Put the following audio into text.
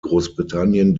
großbritannien